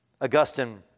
Augustine